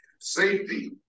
Safety